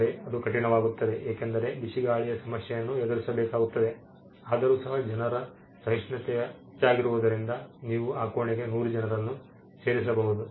ಆದರೆ ಅದು ಕಠಿಣವಾಗುತ್ತದೆ ಏಕೆಂದರೆ ಬಿಸಿಗಾಳಿಯ ಸಮಸ್ಯೆಯನ್ನು ಎದುರಿಸಬೇಕಾಗುತ್ತದೆ ಆದರೂ ಸಹ ಜನರ ಸಹಿಷ್ಣತೆ ಹೆಚ್ಚಾಗಿರುವುದರಿಂದ ನೀವು ಆ ಕೋಣೆಗೆ 100 ಜನರನ್ನು ಸೇರಿಸಬಹುದು